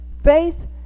Faith